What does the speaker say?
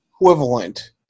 equivalent